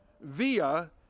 via